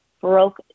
broke